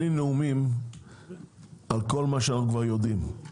בלי נאומים על כל מה שאנחנו כבר יודעים,